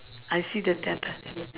I see the temple